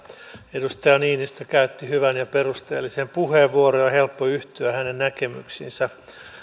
edustaja niinistö käytti hyvän ja perusteellisen puheenvuoron ja on helppo yhtyä hänen näkemyksiinsä